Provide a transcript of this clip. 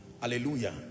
Hallelujah